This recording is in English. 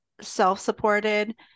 self-supported